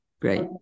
great